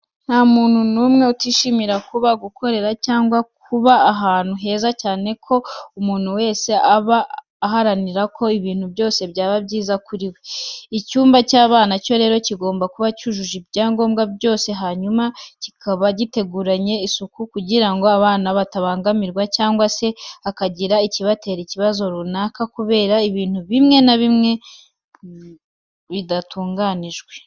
Nta muntu n'umwe utishimira kuba, gukorera cyangwa kuba ahantu heza cyane ko umuntu wese aba aharanira ko ibintu byose byaba byiza kuri we. Icyumba cy'abana cyo rero kigomba kuba cyujuje ibyangombwa byose hanyuma kikaba giteguranye isuku kugira ngo abana batabangamirwa cyangwa se hakagira ikibatera ikibazo runaka kubera ibintu bimwe na bimwe bidatunganijwe.